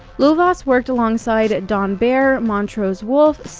lovaas worked alongside don baer, montrose wolf,